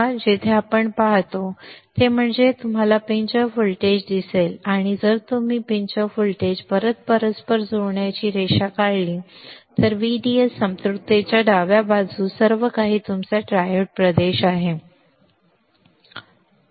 येथे आपण जे पाहतो ते येथे आपण पाहतो ते म्हणजे जर तुम्हाला पिंच ऑफ व्होल्टेज दिसले आणि जर तुम्ही एक चिमूटभर व्होल्टेज परत परस्पर जोडणारी रेषा काढली तर व्हीडीएस संपृक्ततेच्या डाव्या बाजूस सर्वकाही तुमचा ट्रायोड प्रदेश आहे त्रिकूट प्रदेश